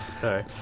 Sorry